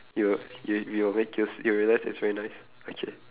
you will you w~ you will make you s~ you will realise it's very nice okay